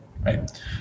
right